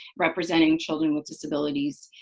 representing children with disabilities.